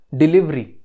delivery